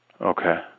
Okay